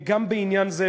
גם בעניין זה,